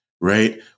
right